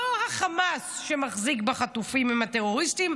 לא החמאס שמחזיק בחטופים הם הטרוריסטים,